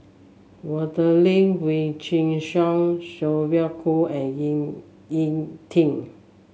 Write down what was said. Adelene Wee Chin Suan Sylvia Kho and Ying E Ting